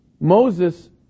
Moses